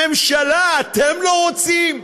הממשלה, אתם לא רוצים?